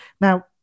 Now